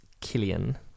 Killian